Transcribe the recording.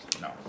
No